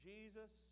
Jesus